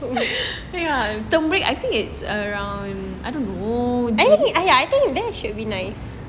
ya I think term break I think it's around